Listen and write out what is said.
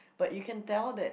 but you can tell that